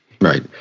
Right